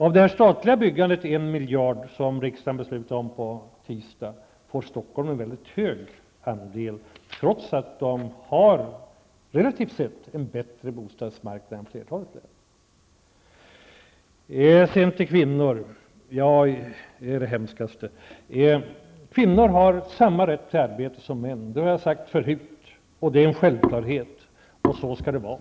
Av det statliga byggandet på en miljard som riksdagen beslutade om i tisdags får Stockholm en mycket stor andel, trots att man där har en relativt sett bättre bostadsmarknad än flertalet län. Sedan till kvinnorna, och det är det hemskaste. Kvinnor har samma rätt till arbete som män. Det har jag sagt förut. Det är en självklarhet, och så skall det vara.